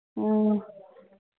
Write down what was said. ꯎꯝ